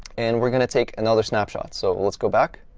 and we're going to take another snapshot. so let's go back,